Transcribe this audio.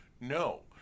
No